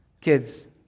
Kids